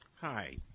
Hi